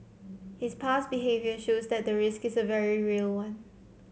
his past behaviour shows that the risk is a very real one